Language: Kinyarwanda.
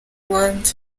rwanda